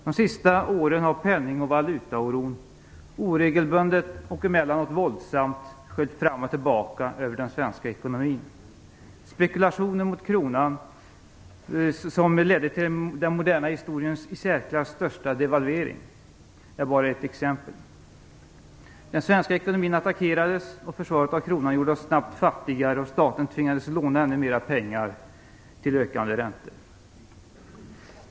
De senaste åren har penning och valutaoron oregelbundet och emellanåt våldsamt sköljt fram och tillbaka över den svenska ekonomin. Spekulationen mot kronan, som ledde till den moderna historiens i särklass största devalvering, är bara ett exempel. Den svenska ekonomin attackerades. Försvaret av kronan gjorde oss snabbt fattigare , och staten tvingades låna ännu mer pengar till ökande räntor.